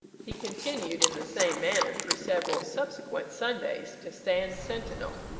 he continued in the same manner for several subsequent sundays to stand sentinel,